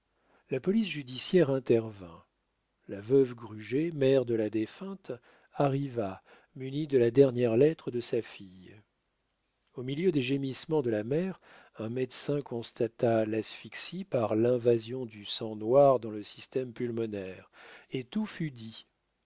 la police judiciaire intervint la veuve gruget mère de la défunte arriva munie de la dernière lettre de sa fille au milieu des gémissements de la mère un médecin constata l'asphyxie par l'invasion du sang noir dans le système pulmonaire et tout fut dit